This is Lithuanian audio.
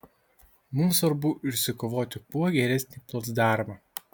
mums svarbu išsikovoti kuo geresnį placdarmą